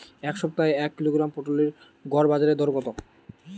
এ সপ্তাহের এক কিলোগ্রাম পটলের গড় বাজারে দর কত?